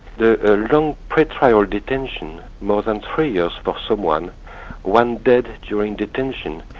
the long pre-trial detention, more than three years for some one one dead during detention,